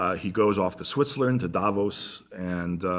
ah he goes off to switzerland, to davos, and